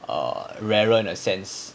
uh rarer in a sense